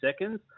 seconds